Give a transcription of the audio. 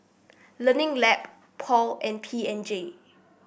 Learning Lab Paul and P and G